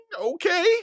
okay